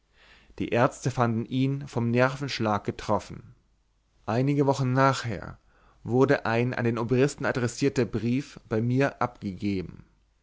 die ärzte fanden ihn vom nervenschlag getroffen einige wochen nachher wurde ein an den obristen adressierter brief bei mir abgegeben